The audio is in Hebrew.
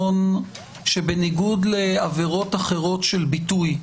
בניגוד לעבירות אחרות של ביטוי,